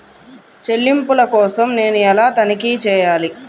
చెల్లింపుల కోసం నేను ఎలా తనిఖీ చేయాలి?